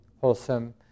wholesome